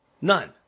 None